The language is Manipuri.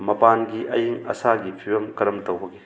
ꯃꯄꯥꯟꯒꯤ ꯑꯌꯤꯡ ꯑꯁꯥꯒꯤ ꯐꯤꯚꯝ ꯀꯔꯝ ꯇꯧꯕꯒꯦ